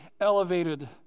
elevated